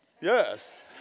Yes